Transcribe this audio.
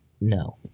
No